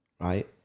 right